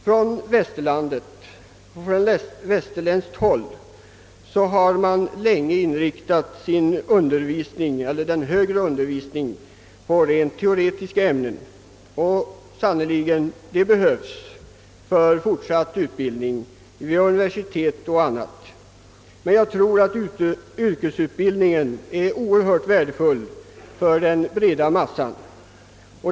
Från västerländskt håll har man länge inriktat den högre undervisningen på rent teoretiska ämnen, och detta behövs sannerligen för fortsatt utbildning vid universitet och andra läroanstalter. Men jag tror att yrkesutbildningen är oerhört värdefull för den breda massan.